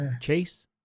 Chase